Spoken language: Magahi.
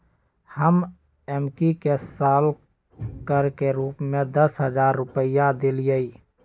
हम एम्की के साल कर के रूप में दस हज़ार रुपइया देलियइ